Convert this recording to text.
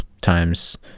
times